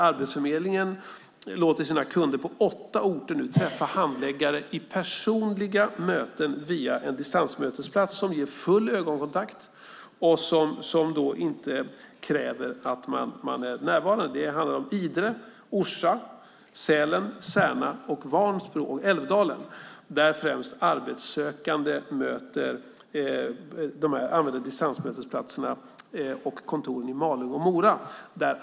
Arbetsförmedlingen låter sina kunder på åtta orter träffa handläggare i personliga möten via en distansmötesplats som ger full ögonkontakt och inte kräver att man är närvarande. Det handlar om Idre, Orsa, Sälen, Särna, Vansbro och Älvdalen, där främst arbetssökande använder distansmötesplatserna och kontoren i Malung och Mora.